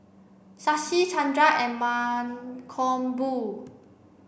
Shashi Chandra and Mankombu